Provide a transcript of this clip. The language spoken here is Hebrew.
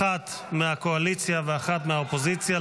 אחת מהקואליציה ואחת מהאופוזיציה.